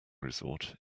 resort